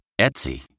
Etsy